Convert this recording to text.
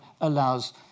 allows